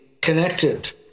connected